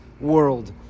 world